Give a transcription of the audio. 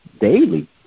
daily